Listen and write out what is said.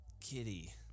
Kitty